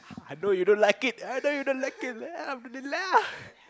I know you don't like it I know you don't like it alhamdulillah